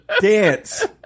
dance